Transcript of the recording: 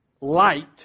light